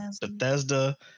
Bethesda